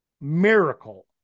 miracle